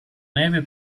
neve